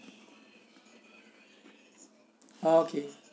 okay